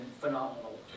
phenomenal